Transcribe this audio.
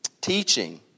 teaching